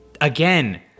again